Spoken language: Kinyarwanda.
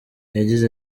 yagize